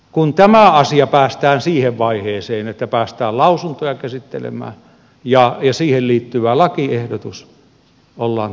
kun tässä asiassa päästään siihen vaiheeseen että päästään lausuntoja käsittelemään ja siihen liittyvää lakiehdotusta ollaan taas aika kaukana